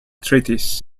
treaties